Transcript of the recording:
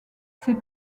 ces